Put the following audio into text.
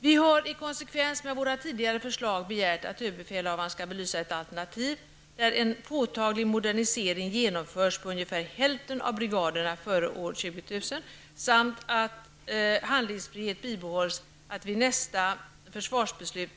Vi har, i konsekvens med våra tidigare förslag, begärt att överbefälhavaren skall belysa ett alternativ, där en påtaglig modernisering genomförs på ungefär hälften av brigaderna före år 2000 samt att handlingsfrihet bibehålls att vid nästa försvarsbeslut